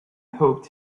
hoped